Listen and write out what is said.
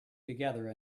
together